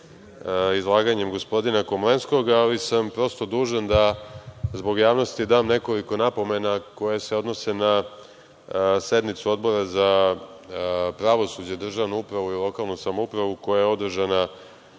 izlaganjem gospodina Komlenskog, ali sam dužan da zbog javnosti dam nekoliko napomena koje se odnose na sednicu Odbora za pravosuđe, državnu upravu i lokalnu samoupravu, koja je održana